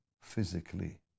physically